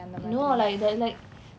no like the like